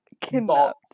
kidnapped